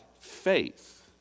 faith